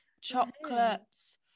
chocolates